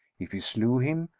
if he slew him,